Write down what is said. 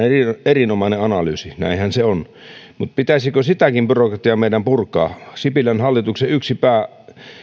erinomainen analyysi näinhän se on mutta pitäisikö sitäkin byrokratiaa meidän purkaa sipilän hallituksen yksi